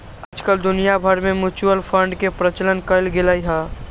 आजकल दुनिया भर में म्यूचुअल फंड के प्रचलन कइल गयले है